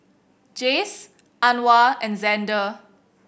Jayce Anwar and Xander